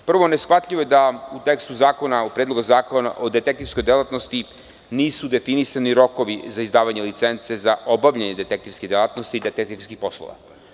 Prvo, neshvatljivo je da u tekstu Predloga zakona o detektivskoj delatnosti nisu definisani rokovi za izdavanje licence za obavljanje detektivske delatnosti detektivskih poslova.